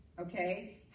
okay